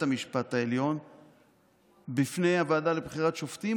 המשפט העליון בפני הוועדה לבחירת שופטים,